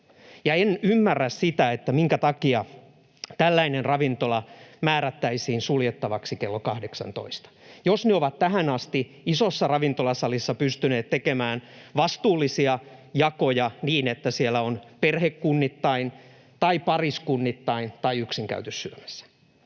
en ymmärrä sitä, minkä takia tällainen ravintola määrättäisiin suljettavaksi kello 18, jos ne ovat tähän asti isossa ravintolasalissa pystyneet tekemään vastuullisia jakoja niin, että siellä on käyty syömässä perhekunnittain tai pariskunnittain tai yksin. Tämä